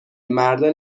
مردان